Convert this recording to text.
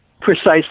Precisely